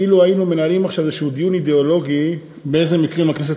אילו היינו מנהלים עכשיו איזה דיון אידיאולוגי באילו מקרים הכנסת